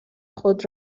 خود